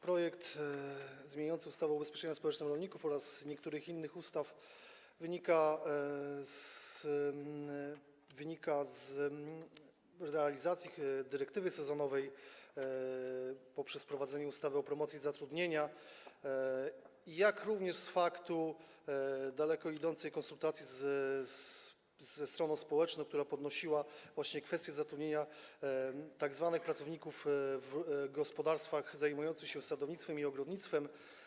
Projekt ustawy o zmianie ustawy o ubezpieczeniu społecznym rolników oraz niektórych innych ustaw wynika z realizacji dyrektywy sezonowej poprzez wprowadzenie ustawy o promocji zatrudnienia, jak również z faktu daleko idących konsultacji ze stroną społeczną, która podnosiła kwestię zatrudnienia pracowników w gospodarstwach zajmujących się sadownictwem i ogrodnictwem.